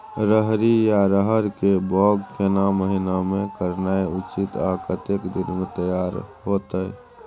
रहरि या रहर के बौग केना महीना में करनाई उचित आ कतेक दिन में तैयार होतय?